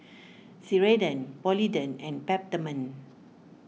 Ceradan Polident and Peptamen